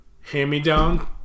hand-me-down